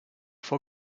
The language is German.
vor